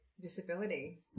disability